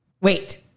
Wait